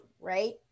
right